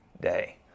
day